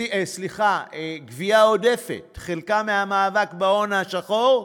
גבייה עודפת, חלקה מהמאבק בהון השחור.